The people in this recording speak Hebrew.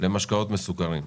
למשקאות מסוכרים,